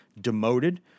demoted